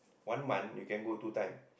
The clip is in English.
one month you can go two times